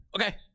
Okay